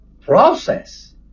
process